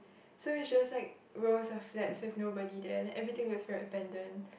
so is just like rows of flats with nobody there then everything looks very abandoned